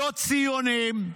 לא ציונים,